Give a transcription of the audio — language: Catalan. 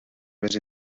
més